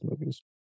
movies